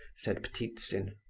said ptitsin.